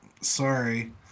sorry